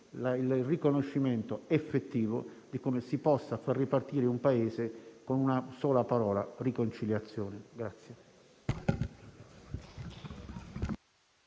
il riconoscimento effettivo di come si possa far ripartire un Paese con una sola parola: riconciliazione.